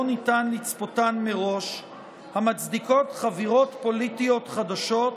ניתן לצפותן מראש המצדיקות חבירות פוליטיות חדשות